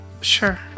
sure